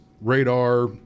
radar